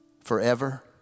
forever